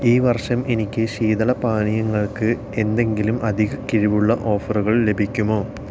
ഈ വർഷം എനിക്ക് ശീതളപാനീയങ്ങൾക്ക് എന്തെങ്കിലും അധിക കിഴിവുള്ള ഓഫറുകൾ ലഭിക്കുമോ